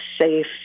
safe